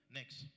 Next